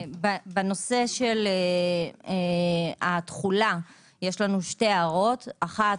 בנושא התחולה יש לנו שתי הערות אחת,